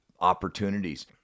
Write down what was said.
opportunities